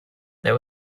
there